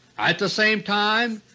at the same time,